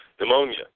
pneumonia